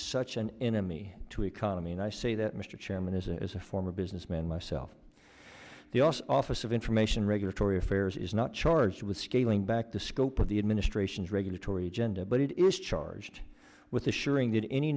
such an enemy to economy and i say that mr chairman is as a former businessman myself the osce office of information regulatory affairs is not charged with scaling back the scope of the administration's regulatory but it is charged with a